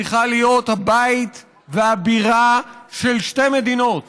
צריכה להיות הבית והבירה של שתי מדינות,